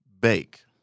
Bake